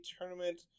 tournament